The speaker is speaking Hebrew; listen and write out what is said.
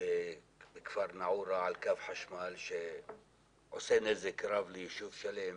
בכפר נאעורה על קו חשמל שעושה נזק רב ליישוב שלם,